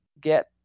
get